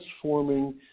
transforming